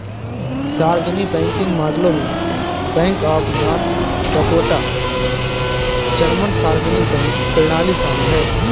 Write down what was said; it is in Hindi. सार्वजनिक बैंकिंग मॉडलों में bank of North Dakota German सार्वजनिक बैंक प्रणाली शामिल है